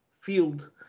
field